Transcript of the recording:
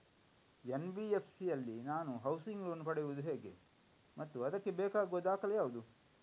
NBFC ಯಲ್ಲಿ ನಾನು housing loan ಪಡೆಯುದು ಹೇಗೆ ಮತ್ತು ಅದಕ್ಕೆ ಬೇಕಾಗುವ ದಾಖಲೆ ಯಾವುದು?